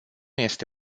este